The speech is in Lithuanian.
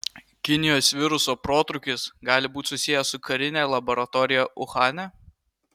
kinijos viruso protrūkis gali būti susijęs su karine laboratorija uhane